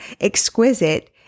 exquisite